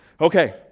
Okay